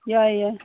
ꯌꯥꯏ ꯌꯥꯏ